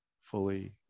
fully